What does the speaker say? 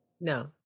No